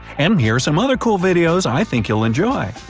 um here are some other cool videos i think you'll enjoy.